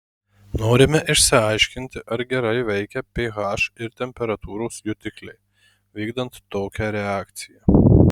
norime išsiaiškinti ar gerai veikia ph ir temperatūros jutikliai vykdant tokią reakciją